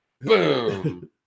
Boom